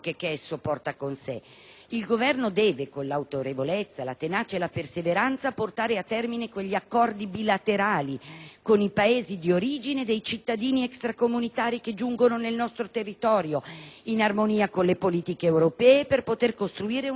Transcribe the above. Il Governo deve con l'autorevolezza, la tenacia e la perseveranza portare a termine quegli accordi bilaterali con i Paesi di origine dei cittadini extracomunitari che giungono nel nostro territorio, in armonia con le politiche europee, per poter costruire una rete di legalità.